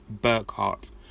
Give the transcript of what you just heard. Burkhart